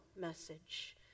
message